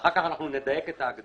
ואחר כך נדייק את ההגדרות,